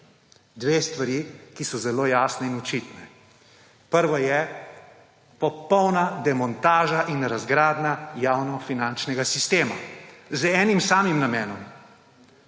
dve stvari, ki sta zelo jasni in očitni. Prva je popolna demontaža in razgradnja javnofinančnega sistema z enim samim namenom: